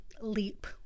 leap